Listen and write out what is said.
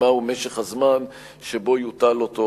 מהו משך הזמן שבו יוטל אותו חיסיון.